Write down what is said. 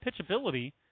pitchability